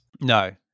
No